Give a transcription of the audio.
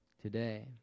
today